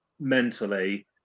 mentally